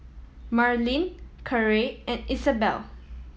Marylyn Carey and Isabelle